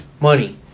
money